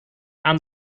aan